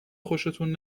خوشتون